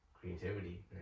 creativity